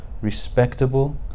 Respectable